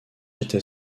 était